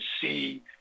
see